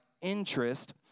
interest